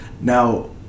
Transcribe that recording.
now